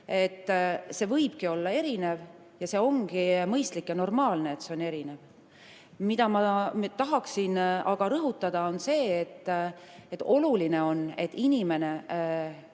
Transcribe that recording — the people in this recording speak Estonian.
See võibki olla erinev ja see ongi mõistlik ja normaalne, et see on erinev. Ma tahaksin aga rõhutada, et oluline on, et inimene